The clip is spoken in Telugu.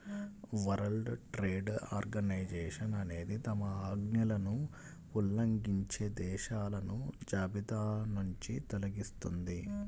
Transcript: వరల్డ్ ట్రేడ్ ఆర్గనైజేషన్ అనేది తమ ఆజ్ఞలను ఉల్లంఘించే దేశాలను జాబితానుంచి తొలగిస్తుంది